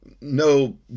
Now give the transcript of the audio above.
no